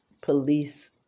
police